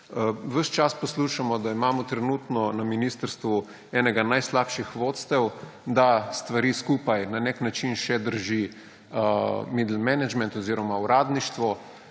Ves čas poslušamo, da imamo trenutno na ministrstvu enega najslabših vodstev, da stvari skupaj na nek način še drži »Middle management« oziroma uradništvo,